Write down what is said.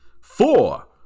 four